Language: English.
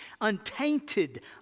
untainted